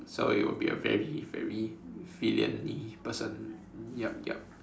so it will be a very very villainy person yup yup